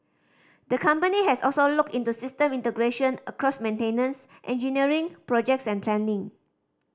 the company has also looked into system integration across maintenance engineering projects and planning